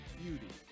beauty